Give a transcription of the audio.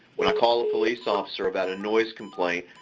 when i call the police officer about a noise complaint,